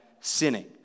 sinning